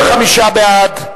35 נגד,